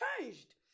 changed